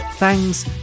Thanks